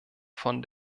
von